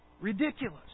Ridiculous